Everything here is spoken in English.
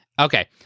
Okay